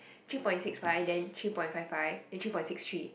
three point six five then three point five five then three point six three